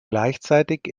gleichzeitig